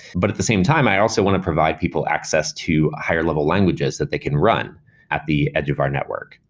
but at the same time, i also want to provide people access to higher-level languages that they can run at the edge of our network.